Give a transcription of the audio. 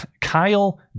Kyle